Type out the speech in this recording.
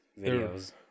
videos